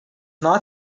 not